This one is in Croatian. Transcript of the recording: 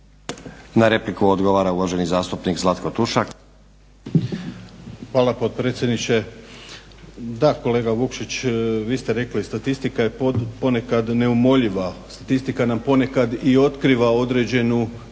(Hrvatski laburisti - Stranka rada)** Hvala potpredsjedniče. Da, kolega Vukšić vi ste rekli statistika je ponekad neumoljiva, statistika nam ponekad i otkriva određenu